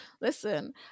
listen